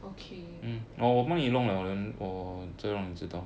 okay